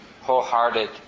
wholehearted